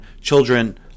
children